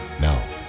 Now